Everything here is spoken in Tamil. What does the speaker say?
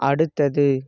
அடுத்தது